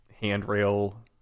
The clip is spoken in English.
handrail